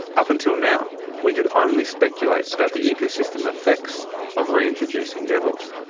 up until now we could only speculate about the ecosystem effects of reintroducing devils.